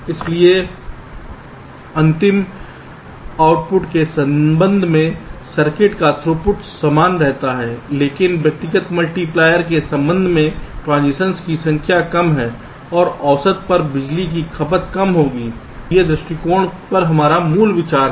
इसलिए अंतिम आउटपुट के संबंध में सर्किट का थ्रूपुट समान रहता है लेकिन व्यक्तिगत मल्टीप्लायर के संबंध में ट्रांजिशन की संख्या कम है और औसत पर बिजली की खपत कम होगी इस दृष्टिकोण में यह मूल विचार है